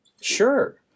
sure